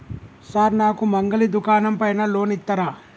Sir నాకు మంగలి దుకాణం పైన లోన్ ఇత్తరా?